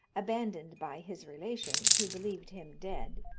abandoned by his relations, who believed him dead,